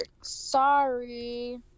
Sorry